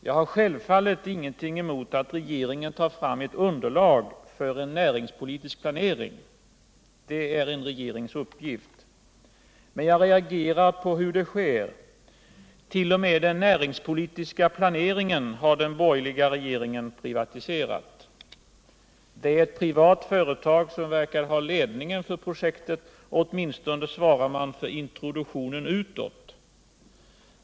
Jag har självfallet ingenting emot att regeringen tar fram ett underlag för en näringspolitisk planering. Det är en regerings uppgift. Jag reagerar mot det sätt på vilket det sker. T.o. m. den näringspolitiska planeringen har den borgerliga regeringen privatiserat. Det är ett privat företag som verkar ha ledningen för projektet — åtminstone svarar det företaget för introduktionen utåt.